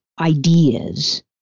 ideas